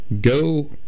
go